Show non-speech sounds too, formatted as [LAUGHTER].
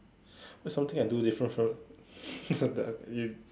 what's something I do different from [LAUGHS] that I you